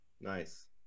Nice